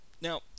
Now